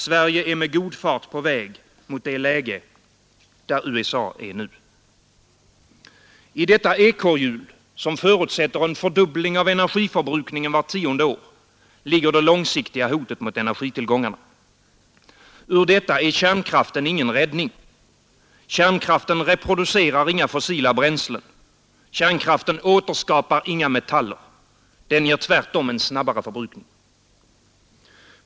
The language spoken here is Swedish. Sverige är med god fart på väg mot det läge där USA är nu. I detta ekorrhjul, som förutsätter en fördubbling av energiförbrukningen vart tionde år, ligger det långsiktiga hotet mot energitillgångarna. Ur detta är kärnkraften ingen räddning. Kärnkraften reproducerar inga fossila bränslen. Kärnkraften återskapar inga metaller. Den ger tvärtom en snabbare förbrukning.